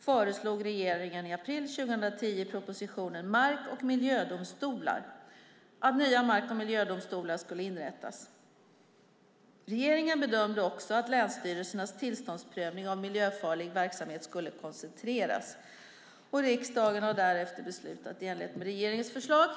föreslog regeringen i april 2010 i propositionen Mark och miljödomstolar att nya mark och miljödomstolar skulle inrättas. Regeringen bedömde också att länsstyrelsernas tillståndsprövning av miljöfarlig verksamhet skulle koncentreras. Riksdagen har därefter beslutat i enlighet med regeringens förslag.